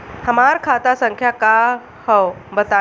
हमार खाता संख्या का हव बताई?